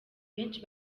benshi